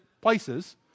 places